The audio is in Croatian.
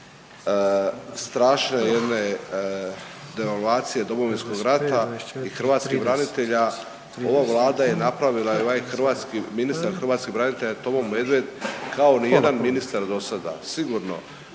strašne jedne devalvacije Domovinskog rata i hrvatskih branitelja ova Vlada je napravila i ovaj ministar hrvatskih branitelja Tomo Medved kao ni jedan ministar do sada. Sigurno